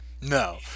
No